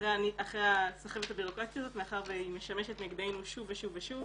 אחרי הסחבת הבירוקרטית הזאת מאחר והיא משמשת נגדנו שוב ושוב ושוב,